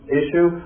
issue